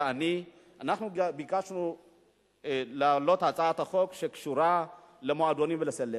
ואני ביקשנו להעלות הצעת חוק שקשורה למועדונים ולסלקציה,